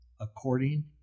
according